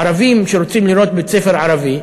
ערבים שרוצים ללמוד בבית-ספר ערבי,